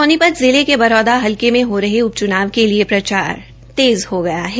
सोनीपत शिले में बरौदा मे हो रहे उप च्नाव के लिए प्रचार तेज़ हो गया है